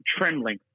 trembling